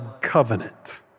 covenant